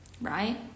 right